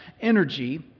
energy